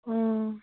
অঁ